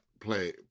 play